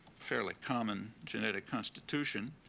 fairly common genetic constitution,